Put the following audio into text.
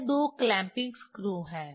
यह दो clamping screw हैं